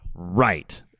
right